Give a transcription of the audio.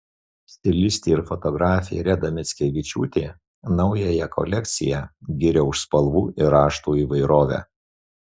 stilistė ir fotografė reda mickevičiūtė naująją kolekciją giria už spalvų ir raštų įvairovę